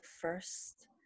first